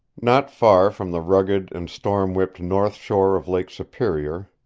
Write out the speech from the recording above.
not far from the rugged and storm-whipped north shore of lake superior,